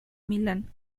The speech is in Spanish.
milan